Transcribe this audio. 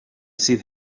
sydd